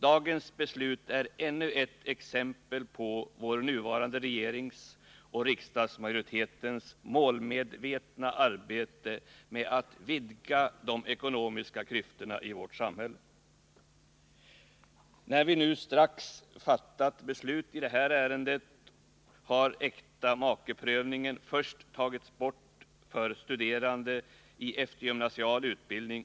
Dagens beslut blir ännu ett exempel på vår nuvarande regerings och riksdagsmajoritetens målmedvetna arbete på att vidga de ekonomiska klyftorna i vårt samhälle. Den 27 mars togs alltså äktamakeprövningen bort för studerande i eftergymnasial utbildning.